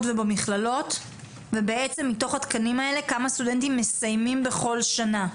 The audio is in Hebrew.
ובמכללות ומתוך התקנים האלה כמה סטודנטים מסיימים בכל שנה.